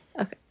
okay